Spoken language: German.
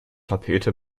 tapete